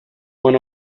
went